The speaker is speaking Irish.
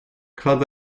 cad